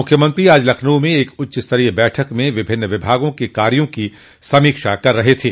मुख्यमंत्री आज लखनऊ में एक उच्चस्तरीय बैठक में विभिन्न विभागों के कार्यो की समीक्षा कर रहे थे